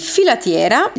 Filatiera